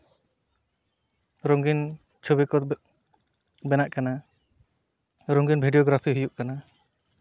ᱨᱚᱝᱜᱤᱱ ᱪᱷᱚᱵᱤ ᱠᱚ ᱵᱮᱱᱟᱜ ᱠᱟᱱᱟ ᱨᱚᱝᱜᱤᱱ ᱵᱷᱤᱰᱭᱳᱜᱨᱟᱯᱷᱤ ᱦᱩᱭᱩᱜ ᱠᱟᱱᱟ